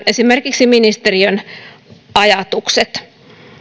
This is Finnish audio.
esimerkiksi nämä ministeriön ajatukset